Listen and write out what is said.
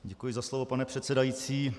Děkuji za slovo, pane předsedající.